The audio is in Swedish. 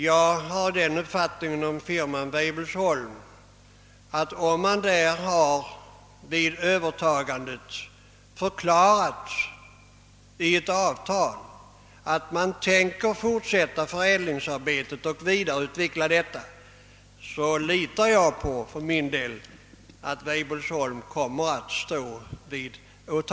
Jag har den uppfattningen om firman Weibullsholm, att man kan lita på den när den vid övertagandet i ett avtal förklarat, att den tänker fortsätta och vidareutveckla förädlingsarbetet.